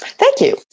thank you.